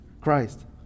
Christ